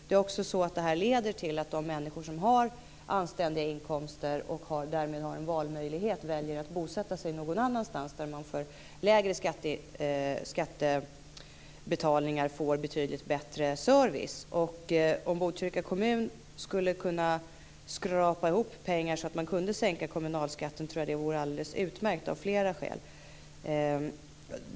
Det leder till att de människor som har anständiga inkomster och därmed har en valmöjlighet väljer att bosätta sig någon annanstans där de för en lägre skatt kan få betydligt bättre service. Om Botkyrka kommun kunde skrapa ihop pengar så att man kunde sänka kommunalskatten tror jag att det av flera skäl skulle vara alldeles utmärkt.